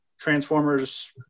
Transformers